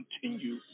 continue